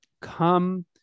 come